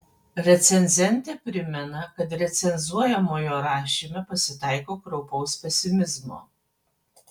recenzentė primena kad recenzuojamojo rašyme pasitaiko kraupaus pesimizmo